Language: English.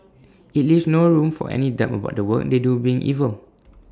IT leaves no room for any doubt about the work they do being evil